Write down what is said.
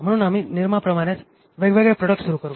म्हणून आम्ही निरमा प्रमाणेच वेगवेगळे प्रॉडक्ट सुरू करू